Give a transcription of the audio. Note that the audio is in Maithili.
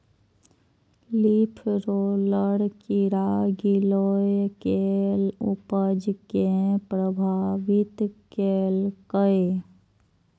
लीफ रोलर कीड़ा गिलोय के उपज कें प्रभावित केलकैए